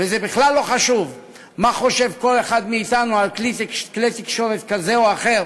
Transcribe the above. וזה בכלל לא חשוב מה חושב כל אחד מאתנו על כלי תקשורת כזה או אחר.